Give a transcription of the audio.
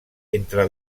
entre